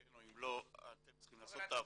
או אם לא אתם צריכים לעשות את העבודה,